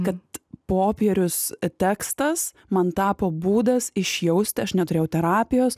kad popierius tekstas man tapo būdas išjausti aš neturėjau terapijos